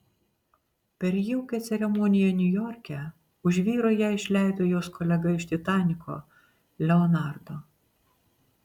per jaukią ceremoniją niujorke už vyro ją išleido jos kolega iš titaniko leonardo